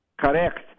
Correct